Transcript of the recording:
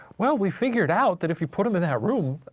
well, we figured out that if you put em in that room,